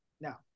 now